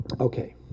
okay